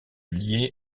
lier